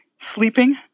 sleeping